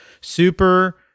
super